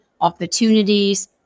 opportunities